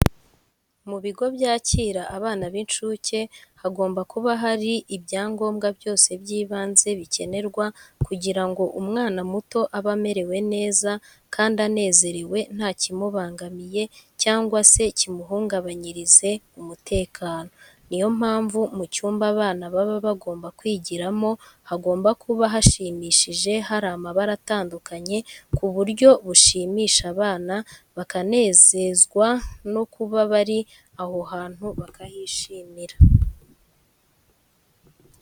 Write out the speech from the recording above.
Mu bigo byakira abana b'incuke, hagomba kuba hari ibyangombwa byose by'ibanze bikenerwa kugira ngo umwana muto abe amerewe neza kandi anezerewe nta kimubangamiye cyangwa se kimuhungabanyirize umutekano. Ni yo mpamvu mu cyumba abana baba bagomba kwigiramo hagomba kuba hashimishije hari amabara atandukanye, ku buryo bushimisha abana bakanezezwa no kuba bari aho hantu bakahishimira.